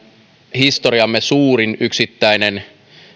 historiamme suurin yksittäinen